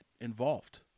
involved